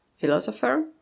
philosopher